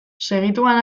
segituan